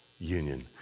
union